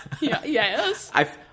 Yes